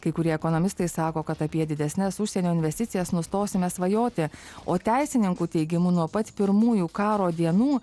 kai kurie ekonomistai sako kad apie didesnes užsienio investicijas nustosime svajoti o teisininkų teigimu nuo pat pirmųjų karo dienų